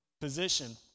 position